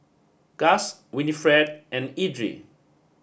Gus Winifred and Edrie